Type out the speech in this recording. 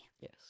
Yes